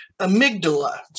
amygdala